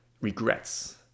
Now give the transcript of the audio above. regrets